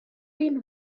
been